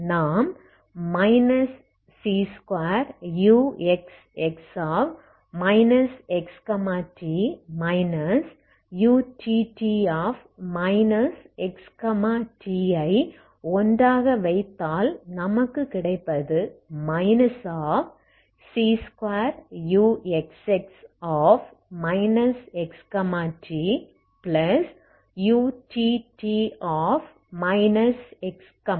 நாம் c2uxx xt utt xt ஐ ஒன்றாக வைத்தால் நமக்கு கிடைப்பது c2uxx xtutt xt x0